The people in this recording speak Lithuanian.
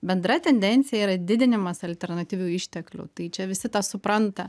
bendra tendencija yra didinimas alternatyvių išteklių tai čia visi tą supranta